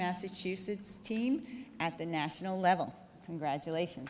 massachusetts team at the national level congratulations